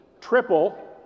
triple